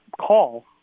call